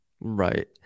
right